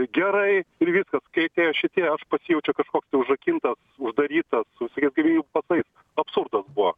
gerai ir viskas kai atėjo šitie aš pasijaučiau kažkoks tai užrakintas uždarytas su visokiais galimybių pasais absurdas buvo